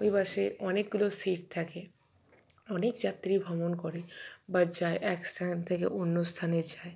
ওই বাসে অনেকগুলো সিট থাকে অনেক যাত্রী ভ্রমণ করে বা যায় এক স্থান থেকে অন্য স্থানে যায়